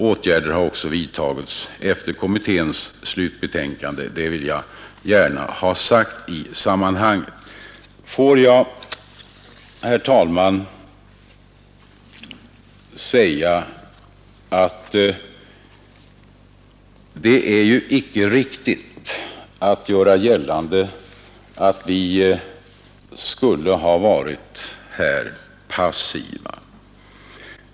Åtgärder har även vidtagits sedan kommitténs slutbetänkande framlades. Det är icke riktigt att göra gällande att vi skulle ha varit passiva.